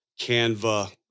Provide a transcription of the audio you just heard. Canva